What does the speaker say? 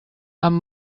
amb